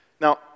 Now